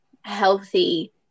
healthy